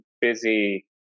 busy